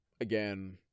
again